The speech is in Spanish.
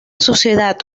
sociedad